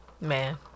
Man